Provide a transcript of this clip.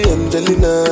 Angelina